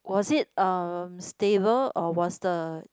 was it um stable or was the